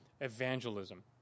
evangelism